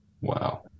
Wow